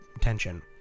tension